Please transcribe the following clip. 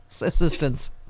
assistance